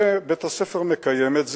ובית-הספר מקיים את זה,